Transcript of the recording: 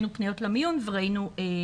ראינו פניות למיון וראינו אשפוז.